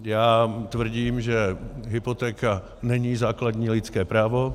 Já tvrdím, že hypotéka není základní lidské právo.